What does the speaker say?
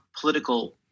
political